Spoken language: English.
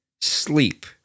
sleep